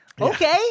Okay